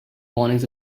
warnings